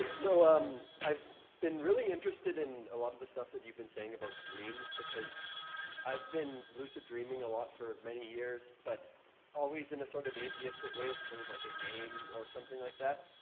so um i've been really interested in a lot of the stuff that you've been saying about dreams because i've been lucid dreaming a lot for many years. but always in a sort of atheistic way, as sort of like a game or something like that.